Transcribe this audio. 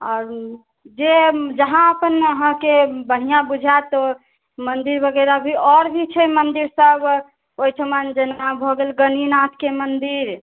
आर जे जहाँ अपन अहाँके बढ़िया बुझायत मन्दिर वगैरह भी और भी छै मन्दिर सब ओहिठमन जेना भऽ गेल गणिनाथके मन्दिर